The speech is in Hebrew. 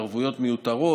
התערבויות מיותרות,